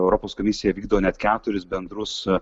europos komisija vykdo net keturis bendrus